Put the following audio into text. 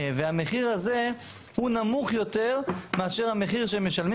והמחיר הזה הוא נמוך יותר מאשר המחיר שהם משלמים